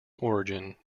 origin